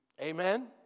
Amen